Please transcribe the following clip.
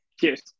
Cheers